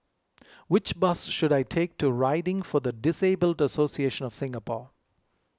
which bus should I take to riding for the Disabled Association of Singapore